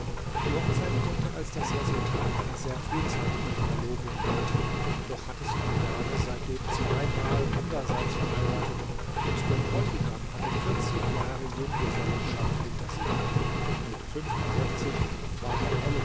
die hochzeit konnte als das resultat einer sehr frühzeitigen verlobung gelten doch hatte sich die dame seitdem zweimal anderseits verheiratet und der bräutigam hatte vierzig jahre junggesellenschaft hinter sich mit fünfundsechzig war herr